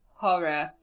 horror